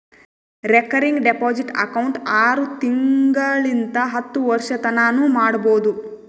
recurring deposit account ಆರು ತಿಂಗಳಿಂತ್ ಹತ್ತು ವರ್ಷತನಾನೂ ಮಾಡ್ಬೋದು